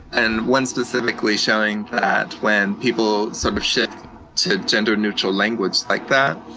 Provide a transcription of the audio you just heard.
and one specifically showing that when people sort of shift to gender neutral language like that,